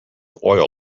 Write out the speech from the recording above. oil